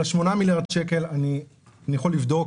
על ה-8 מיליארד שקל אני יכול לבדוק